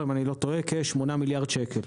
אם אני לא טועה, היא כ-8 מיליארד ₪.